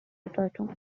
bedeutung